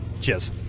Cheers